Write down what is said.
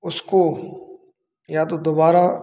उसको या तो दोबारा